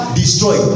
destroy